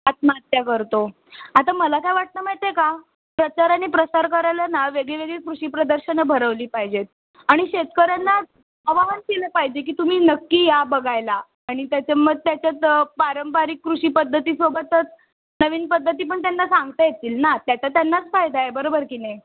आत्महत्या करतो आता मला काय वाटतं आहे माहीत आहे का प्रचार आणि प्रसार करायला ना वेगळीवेगळी कृषिप्रदर्शनं भरवली पाहिजेत आणि शेतकऱ्यांना आवाहन केलं पाहिजे की तुम्ही नक्की या बघायला आणि त्याच्या मग त्याच्यात पारंपारिक कृषिपद्धतीसोबतच नवीन पद्धती पण त्यांना सांगता येतील ना त्याचा त्यांनाच फायदा आहे बरोबर की नाही